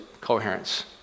coherence